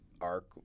arc